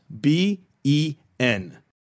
b-e-n